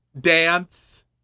dance